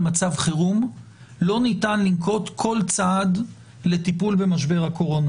מצב חירום לא ניתן לנקוט כל צעד לטיפול במשבר הקורונה.